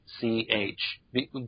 C-H